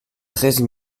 treize